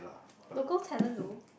local talent though